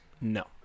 No